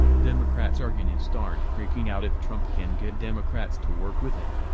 democrats are gonna and start freaking out if trump can get democrats to work with him.